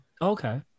okay